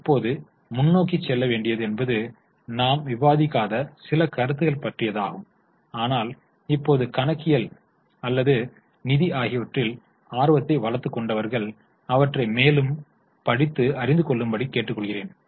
இப்போது முன்னோக்கிச் செல்ல வேண்டியது என்பது நாம் விவாதிக்காத சில கருத்துக்கள் ஆகும் ஆனால் இப்போது கணக்கியல் அல்லது நிதி ஆகியவற்றில் ஆர்வத்தை வளர்த்துக் கொண்டவர்கள் அவற்றை மேலும் படித்து அறிந்து கொள்ளும்படி கேட்டுக்கொள்கிறேன்